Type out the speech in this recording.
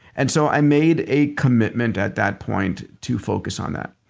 and so i made a commitment at that point to focus on that.